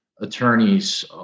attorneys